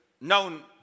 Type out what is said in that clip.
known